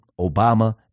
Obama